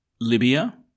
Libya